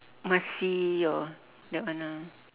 must see your that one ah